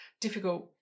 difficult